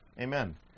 Amen